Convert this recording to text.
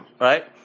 right